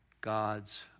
God's